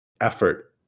effort